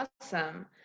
awesome